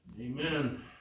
Amen